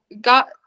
got